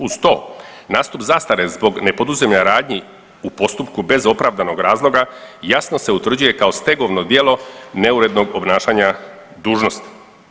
Uz to nastup zastare zbog nepoduzimanja radnji u postupku bez opravdanog razloga jasno se utvrđuje kao stegovno djelo neurednog obnašanja dužnosti.